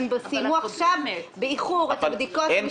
הם סיימו עכשיו, באיחור, את הבדיקות המשפטיות.